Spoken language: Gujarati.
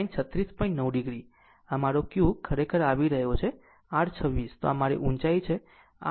આમ મારો q ખરેખર આવી રહ્યો છે r 26 તો આ મારી ઊંચાઈ છે